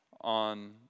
on